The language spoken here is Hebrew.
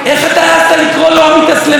איך אתה העזת לקרוא לו המתאסלמלוי?